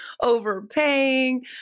Overpaying